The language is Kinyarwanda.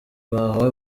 bahawe